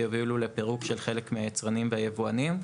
שיובילו לפירוק של חלק מהיצרנים והיבואנים.